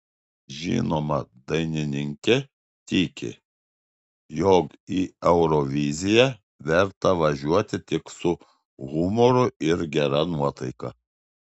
žinoma dainininkė tiki jog į euroviziją verta važiuoti tik su humoru ir gera nuotaika